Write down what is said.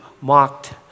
mocked